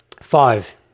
Five